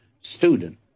student